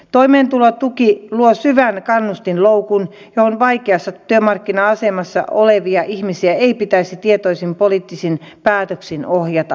toimeentulotuki luo syvän kannustinloukun johon vaikeassa työmarkkina asemassa olevia ihmisiä ei pitäisi tietoisin poliittisin päätöksin ohjata